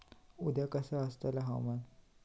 उद्या कसा आसतला हवामान?